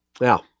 Now